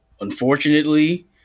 Unfortunately